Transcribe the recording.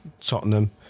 Tottenham